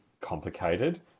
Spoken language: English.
complicated